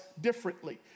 differently